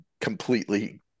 completely